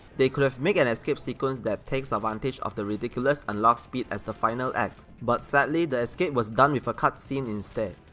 they could've make an escape sequence that takes advantage of the ridiculous unlocked speed as the final act but sadly the escape was done with a cutscene instead.